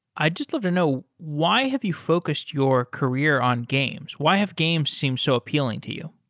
i just love to know why have you focused your career on games? why have games seem so appealing to you?